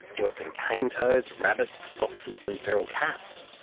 worse than cane toads, rabbits, foxes and feral cats,